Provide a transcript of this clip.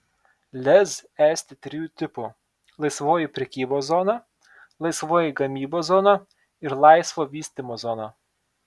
lez esti trijų tipų laisvoji prekybos zona laisvoji gamybos zona ir laisvo vystymo zona